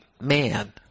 man